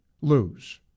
lose